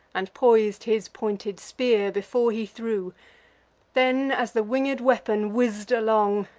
and pois'd his pointed spear, before he threw then, as the winged weapon whizz'd along,